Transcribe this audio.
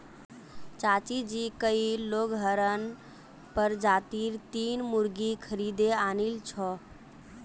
चाचाजी कइल लेगहॉर्न प्रजातीर तीन मुर्गि खरीदे आनिल छ